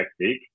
technique